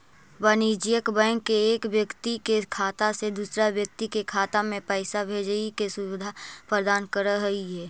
वाणिज्यिक बैंक एक व्यक्ति के खाता से दूसर व्यक्ति के खाता में पैइसा भेजजे के सुविधा प्रदान करऽ हइ